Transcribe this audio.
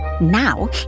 Now